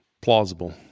plausible